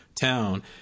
town